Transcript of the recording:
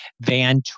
Van